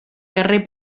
carrer